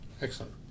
Excellent